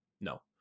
No